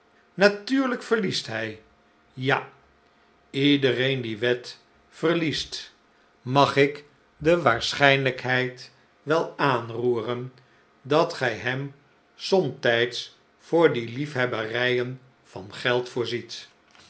tuurlijk verliest hij ja james haethouse in vbrteouwen iedereen die wedt verliest magikdewaarschijnlijkheid wel aanroeren dat gij hem somtijds voor die liefhebberijen van geld voorziet